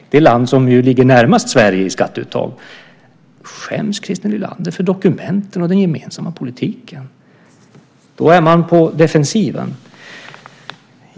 Det är det land som ligger närmast Sverige i skatteuttag. Skäms Christer Nylander för dokumenten och den gemensamma politiken? Då är man på defensiven.